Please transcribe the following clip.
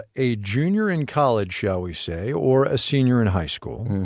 ah a junior in college, shall we say, or a senior in high school,